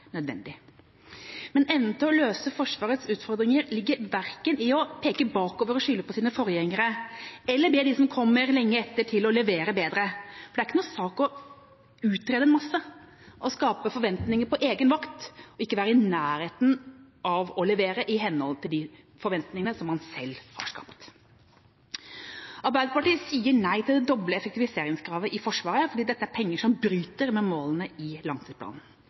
nødvendig. Men evnen til å løse Forsvarets utfordringer ligger verken i å peke bakover og skylde på sine forgjengere eller å be dem som kommer lenge etter, om å levere bedre. Det er ikke noen sak å utrede mye og skape forventninger på egen vakt – og ikke være i nærheten av å levere i henhold til de forventningene som man selv har skapt. Arbeiderpartiet sier nei til det doble effektiviseringskravet i Forsvaret fordi dette er penger som bryter med målene i langtidsplanen.